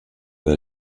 der